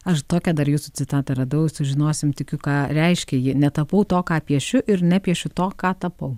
aš tokią dar jūsų citatą radau sužinosim tikiu ką reiškia ji netapau to ką piešiu ir nepiešiu to ką tapau